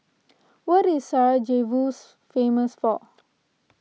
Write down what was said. what is Sarajevo famous for